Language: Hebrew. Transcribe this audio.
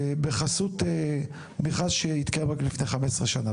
בחסות מכרז שהתקיים רק לפני 15 שנה.